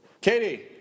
Katie